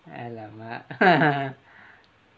alamak